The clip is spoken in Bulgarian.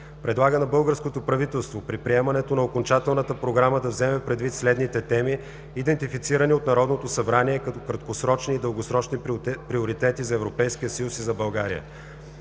Предлага на българското правителство при приемането на окончателната програма да вземе предвид следните теми, идентифицирани от Народното събрание като краткосрочни и дългосрочни приоритети за Европейския съюз и за България: